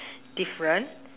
different